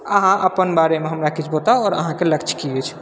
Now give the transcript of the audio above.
अहाँ अपन बारेमे हमरा किछु बताउ आओर अहाँके लक्ष्य की अछि